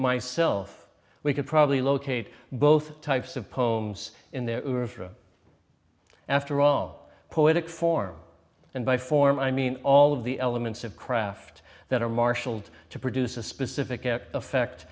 myself we could probably locate both types of poems in there after all poetic form and by form i mean all of the elements of craft that are marshalled to produce a specific effect